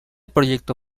proyecto